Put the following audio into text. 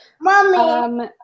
Mommy